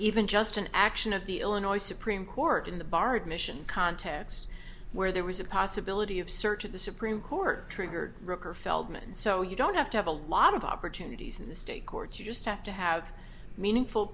even just an action of the illinois supreme court in the bar admission contests where there was a possibility of search of the supreme court triggered record feldman so you don't have to have a lot of opportunities in the state courts you just have to have meaningful